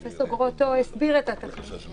פרופ' גרוטו הסביר את התכלית.